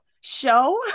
show